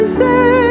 say